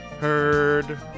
heard